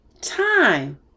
time